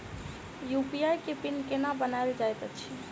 UPI केँ PIN केना बनायल जाइत अछि